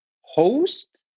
host